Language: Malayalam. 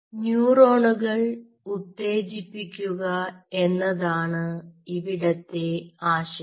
ന്യൂറോണുകൾ ഉത്തേജിപ്പിക്കുക എന്നതാണ് ഇവിടത്തെ ആശയം